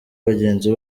bagenzi